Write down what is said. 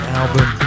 album